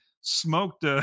smoked